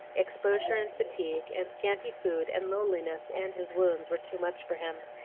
exposure and fatigue, and scanty food, and loneliness, and his wounds, were too much for him,